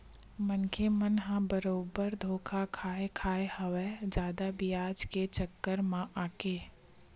मनखे मन ह बरोबर धोखा खाय खाय हवय जादा बियाज के चक्कर म आके